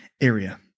area